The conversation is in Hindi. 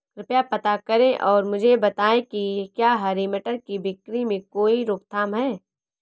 कृपया पता करें और मुझे बताएं कि क्या हरी मटर की बिक्री में कोई रोकथाम है?